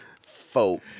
Folk